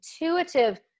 intuitive